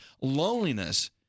Loneliness